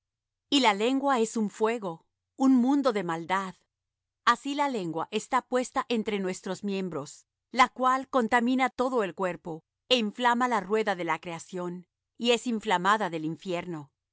y la lengua es un fuego un mundo de maldad así la lengua está puesta entre nuestros miembros la cual contamina todo el cuerpo é inflama la rueda de la creación y es inflamada del infierno